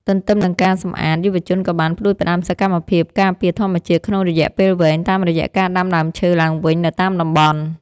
ទន្ទឹមនឹងការសម្អាត យុវជនក៏បានផ្ដួចផ្ដើមសកម្មភាពការពារធម្មជាតិក្នុងរយៈពេលវែង តាមរយៈការដាំដើមឈើឡើងវិញនៅតាមតំបន់។